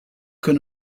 can